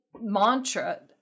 mantra